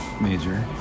major